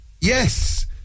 Yes